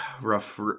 rough